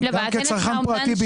גם כצרכן פרטי,